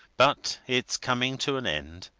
but it's coming to an end.